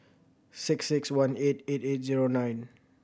six six one eight eight eight zero nine